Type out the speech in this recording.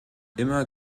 immer